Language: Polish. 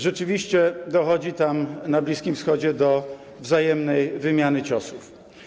Rzeczywiście dochodzi tam, na Bliskim Wschodzie, do wzajemnej wymiany ciosów.